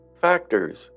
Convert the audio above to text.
factors